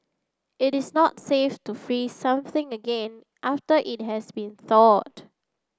it is not safe to freeze something again after it has been thawed